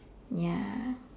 ya